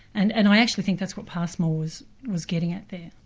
and and i actually think that's what passmore was was getting at there.